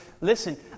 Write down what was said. Listen